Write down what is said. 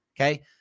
Okay